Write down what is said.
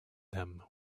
them